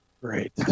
Great